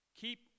Keep